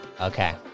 Okay